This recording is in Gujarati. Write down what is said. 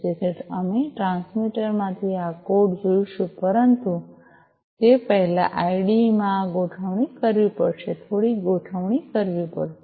તેથી અમે ટ્રાન્સમીટર માંથી આ કોડ જોઈશું પરંતુ તે પહેલાં આઈડીઇ માં આ ગોઠવણી કરવી પડશે થોડી ગોઠવણી કરવી પડશે